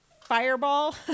fireball